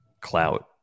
clout